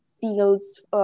fields